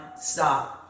stop